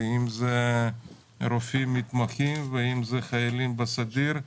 אם אלו רופאים מתמחים ואם אלו חיילים בסדיר,